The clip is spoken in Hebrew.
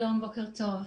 שלום, בוקר טוב.